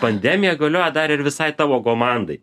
pandemija galioja dar ir visai tavo komandai